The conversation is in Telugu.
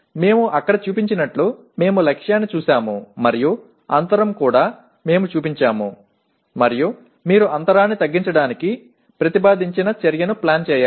మేము అక్కడ చూపించినట్లు మేము లక్ష్యాన్ని చూసాము మరియు అంతరం కూడా మేము చూపించాము మరియు మీరు అంతరాన్ని తగ్గించడానికి ప్రతిపాదించిన చర్యను ప్లాన్ చేయాలి